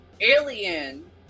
Alien